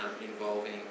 involving